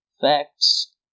facts